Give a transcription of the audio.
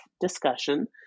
discussion